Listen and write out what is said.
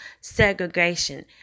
segregation